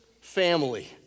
family